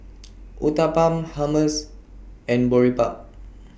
Uthapam Hummus and Boribap